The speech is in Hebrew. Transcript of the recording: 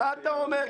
מה אתה אומר?